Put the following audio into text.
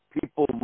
People